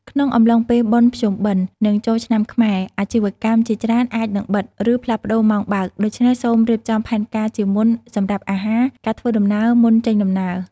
ក្នុងអំឡុងពេលបុណ្យភ្ជុំបិណ្ឌ និងចូលឆ្នាំខ្មែរ អាជីវកម្មជាច្រើនអាចនឹងបិទ ឬផ្លាស់ប្តូរម៉ោងបើក ដូច្នេះសូមរៀបចំផែនការជាមុនសម្រាប់អាហារ ការធ្វើដំណើរ មុនចេញដំណើរ។